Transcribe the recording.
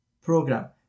program